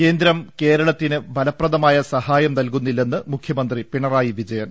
കേന്ദ്രം കേരളത്തിന് ഫലപ്രദമായ സഹ്റായം നൽകുന്നി ല്ലെന്ന് മുഖ്യമന്ത്രി പിണറായി വിജയൻ